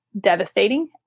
devastating